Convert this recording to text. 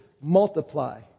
multiply